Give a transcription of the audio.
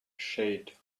shade